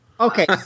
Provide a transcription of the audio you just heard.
Okay